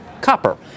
Copper